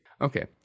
Okay